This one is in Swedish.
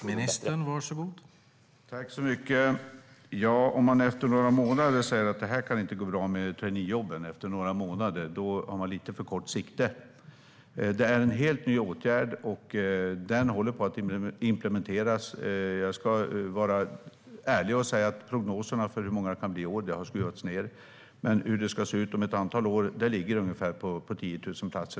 Herr talman! Om man efter några månader säger att det inte kommer att gå bra med traineejobben, då har man lite för kort sikte. Det är en helt ny åtgärd som håller på att implementeras. Jag ska vara ärlig och säga att prognoserna för hur många det kan bli i år har skruvats ned, men om ett antal år ligger det på ungefär 10 000 platser.